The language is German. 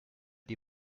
die